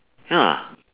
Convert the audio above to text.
ya